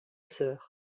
sœur